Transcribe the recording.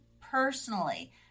personally